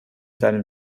seinem